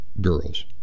girls